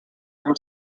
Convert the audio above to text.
from